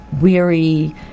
weary